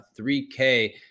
3K